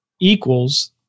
equals